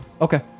Okay